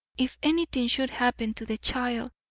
if anything should happen to the child!